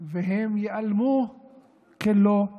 והם ייעלמו כלא היו.